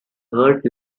heart